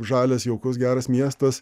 žalias jaukus geras miestas